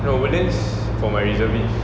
no woodlands for my reservist